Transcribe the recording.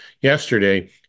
yesterday